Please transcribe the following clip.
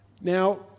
Now